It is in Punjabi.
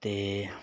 ਅਤੇ